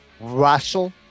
Russell